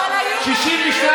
אבל היו משברים אחרים.